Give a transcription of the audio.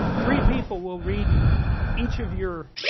three people will read each of your